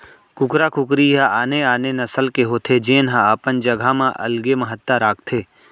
कुकरा कुकरी ह आने आने नसल के होथे जेन ह अपन जघा म अलगे महत्ता राखथे